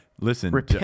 listen